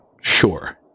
sure